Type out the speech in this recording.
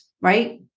right